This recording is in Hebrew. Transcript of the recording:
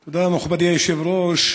תודה, מכובדי היושב-ראש.